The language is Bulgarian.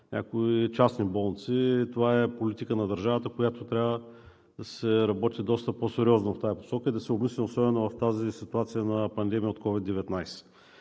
някои частни болници. Това е политика на държавата, по която трябва да се работи доста по-сериозно в тази посока и да се обмисли особено в тази ситуация на пандемия от COVID-19.